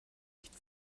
nicht